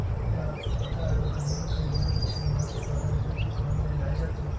क्या आपको पता है बकरियों के नर बच्चे मांस उत्पादन हेतु काम में लाए जाते है?